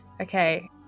okay